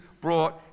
brought